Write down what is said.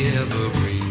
evergreen